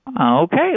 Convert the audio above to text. Okay